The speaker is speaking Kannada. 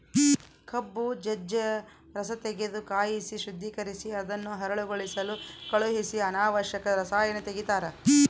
ಕಬ್ಬು ಜಜ್ಜ ರಸತೆಗೆದು ಕಾಯಿಸಿ ಶುದ್ದೀಕರಿಸಿ ಅದನ್ನು ಹರಳುಗೊಳಿಸಲು ಕಳಿಹಿಸಿ ಅನಾವಶ್ಯಕ ರಸಾಯನ ತೆಗಿತಾರ